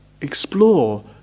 explore